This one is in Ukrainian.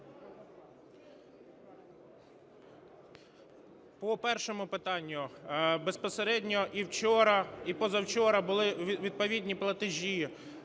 По першому питанню. Безпосередньо і вчора, і позавчора були відповідні платежі